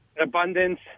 abundance